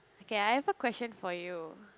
K I have a question for you